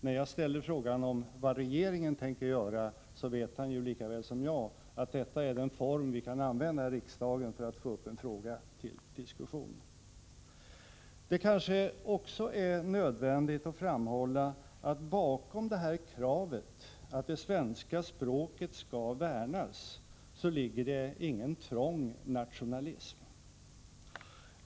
När jag ställer frågan om vad regeringen tänker göra, vet han lika väl som jag att detta är den form vi kan använda i riksdagen för att få upp en fråga till diskussion. Det kanske också är nödvändigt att framhålla att bakom detta krav, att det svenska språket skall värnas, ligger det ingen trång nationalism.